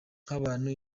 nk’abantu